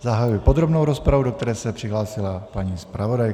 Zahajuji podrobnou rozpravu, do které se přihlásila paní zpravodajka.